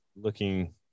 looking